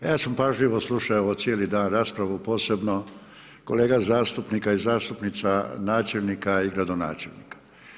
Ja sam pažljivo slušao cijeli dan raspravu, posebno kolega zastupnika i zastupnica, načelnika i gradonačelnika.